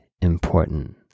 important